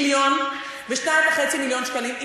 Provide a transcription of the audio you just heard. מיליון, ו-2.5 מיליון שקלים.